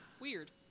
Weird